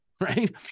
right